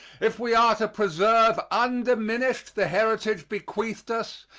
if we are to preserve undiminished the heritage bequeathed us,